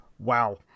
Wow